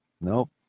Nope